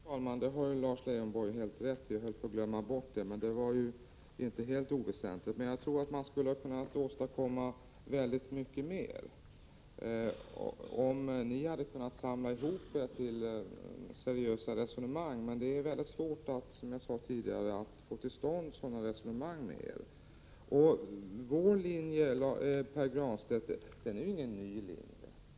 Fru talman! Det har Lars Leijonborg helt rätt i. Jag höll på att glömma bort det. Men det var inte helt oväsentligt. Jag tror dock att vi skulle ha kunnat åstadkomma väldigt mycket mer om ni hade kunnat samla ihop er till seriösa resonemang. Men det är svårt att få till stånd sådana resonemang med er. Vår linje, Pär Granstedt, är ingen ny linje.